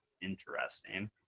interesting